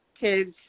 kids